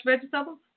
vegetables